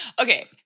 Okay